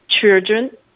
children